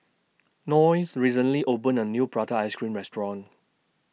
Noes recently opened A New Prata Ice Cream Restaurant